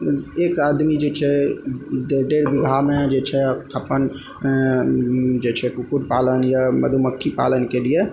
एक आदमी जे छै डेढ़ डेढ़ बीघामे जे छै अपन जे छै कुक्कुट पालन या मधुमक्खी पालनके लियऽ